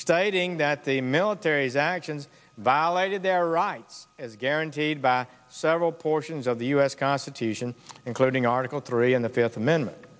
stating that the military's actions violated their rights as guaranteed by several portions of the u s constitution including article three and the fifth amendment